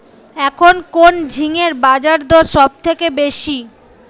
এখন কোন ঝিঙ্গের বাজারদর সবথেকে বেশি?